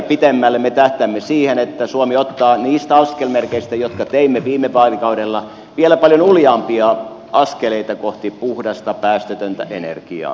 me tähtäämme siihen että suomi ottaa niistä askelmerkeistä jotka teimme viime vaalikaudella vielä paljon uljaampia askeleita kohti puhdasta päästötöntä energiaa